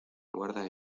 guarda